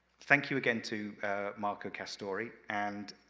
thank you again to marco castori, and